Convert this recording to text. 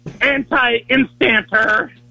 anti-instanter